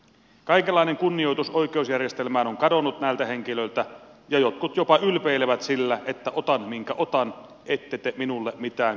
kaikenlainen kunnioitus oikeusjärjestelmää kohtaan on kadonnut näiltä henkilöiltä ja jotkut jopa ylpeilevät sillä että otan minkä otan ette te minulle mitään kuitenkaan saa